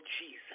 Jesus